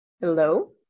hello